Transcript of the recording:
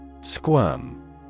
Squirm